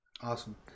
Awesome